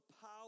power